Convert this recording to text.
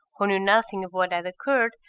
who knew nothing of what had occurred,